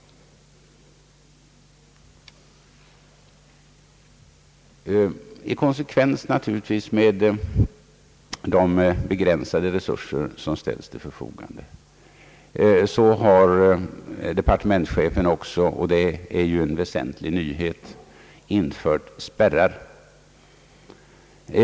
I konsekvens med de begränsade resurser som ställs till förfogande har departementschefen också — och det är en väsentlig nyhet — infört spärrar.